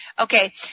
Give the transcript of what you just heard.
Okay